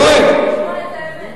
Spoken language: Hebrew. לשמוע את האמת.